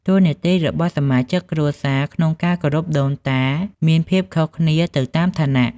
តួនាទីរបស់សមាជិកគ្រួសារក្នុងការគោរពដូនតាមានភាពខុសគ្នាទៅតាមឋានៈ។